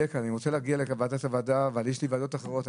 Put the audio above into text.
אני רוצה להגיע לוועדת המדע אבל יש לי ועדות אחרות,